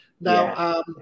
Now